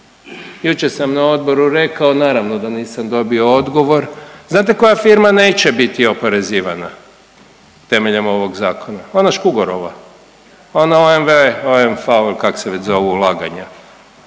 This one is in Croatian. Jučer sam na Odboru rekao, naravno da nisam dobio odgovor, znate koja firma neće biti oporezivana temeljem ovoga Zakona? Ona Škugorova, onda … kako se već zovu ulaganja.